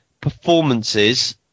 performances